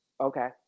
Okay